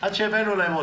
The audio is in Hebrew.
עד שהבאנו להם.